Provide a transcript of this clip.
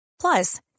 Plus